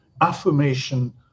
affirmation